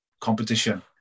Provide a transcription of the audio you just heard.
competition